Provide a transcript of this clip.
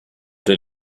did